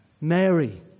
Mary